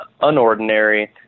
unordinary